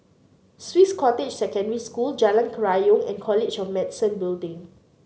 Swiss Cottage Secondary School Jalan Kerayong and College of Medicine Building